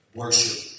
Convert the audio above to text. worship